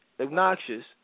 obnoxious